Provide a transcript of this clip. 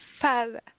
father